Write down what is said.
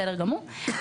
אני אחדד ואומר,